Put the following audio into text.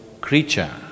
creature